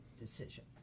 decision